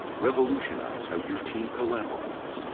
revolutionize how your team collaborates.